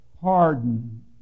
Pardon